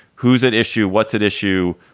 who's at issue? what's at issue?